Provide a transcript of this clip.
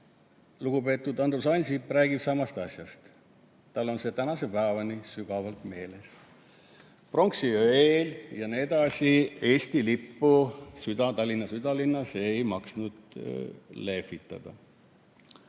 lugupeetud Andrus Ansip rääkis samast asjast, et tal on see tänase päevani sügavalt meeles: pronksiöö eel Eesti lippu Tallinna südalinnas ei maksnud lehvitada.